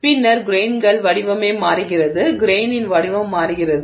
எனவே பின்னர் கிரெய்னின் வடிவமே மாறுகிறது கிரெய்னின் வடிவம் மாறுகிறது